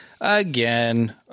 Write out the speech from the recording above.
again